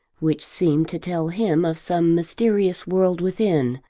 which seemed to tell him of some mysterious world within,